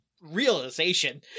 realization